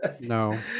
No